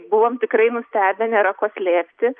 buvom tikrai nustebę nėra ko slėpti